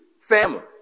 family